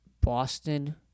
Boston